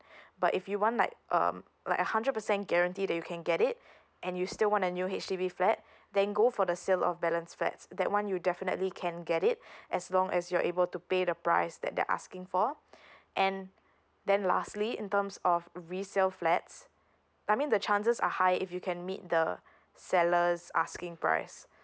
but if you want like um like hundred percent guarantee that you can get it and you still want a new H_D_B flat then go for the sales of balance flats that one you definitely can get it as long as you're able to pay the price that they're asking for and then lastly in terms of resale flats I mean the chances are high if you can meet the seller's asking price